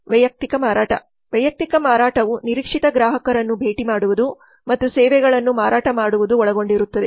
ವೈಯಕ್ತಿಕ ಮಾರಾಟ ವೈಯಕ್ತಿಕ ಮಾರಾಟವು ನಿರೀಕ್ಷಿತ ಗ್ರಾಹಕರನ್ನು ಭೇಟಿ ಮಾಡುವುದು ಮತ್ತು ಸೇವೆಗಳನ್ನು ಮಾರಾಟ ಮಾಡುವುದು ಒಳಗೊಂಡಿರುತ್ತದೆ